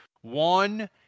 One